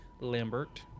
Lambert